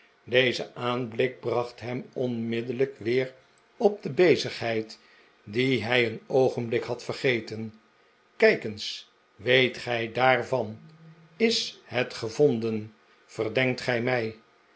deze aanblik bracht hem onmiddellijk weer op de bezigheid die hij een oogenblik had vergeten kijk eensl weet gij daarvan is het gevonden verdenkt gij mij